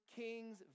kings